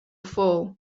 fall